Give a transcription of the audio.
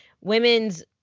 women's